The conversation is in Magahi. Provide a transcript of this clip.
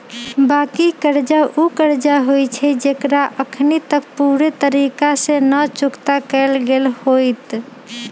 बाँकी कर्जा उ कर्जा होइ छइ जेकरा अखनी तक पूरे तरिका से न चुक्ता कएल गेल होइत